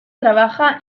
trabaja